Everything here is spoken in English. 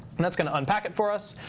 and that's going to unpack it for us.